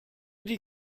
die